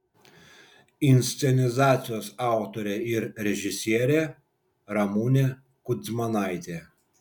inscenizacijos autorė ir režisierė ramunė kudzmanaitė